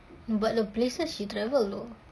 but the places she travel though